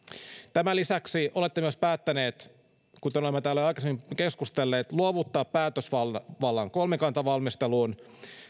tämän lisäksi olette myös päättäneet kuten olemme täällä jo aikaisemmin keskustelleet luovuttaa päätösvallan kolmikantavalmisteluun